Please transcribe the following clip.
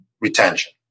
retention